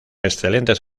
excelentes